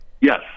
Yes